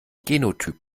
genotyp